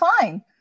fine